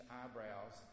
eyebrows